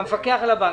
המפקח על הבנקים,